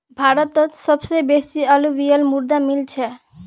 भारतत सबस बेसी अलूवियल मृदा मिल छेक